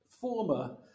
former